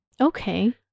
Okay